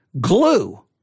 Glue